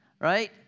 right